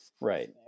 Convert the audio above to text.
right